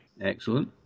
Excellent